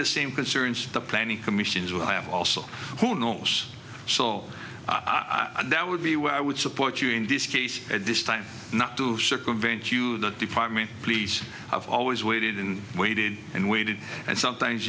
the same concerns the planning commissions will have also who knows sole i know that would be where i would support you in this case at this time not to circumvent the department please i've always waited and waited and waited and sometimes